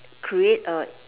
create a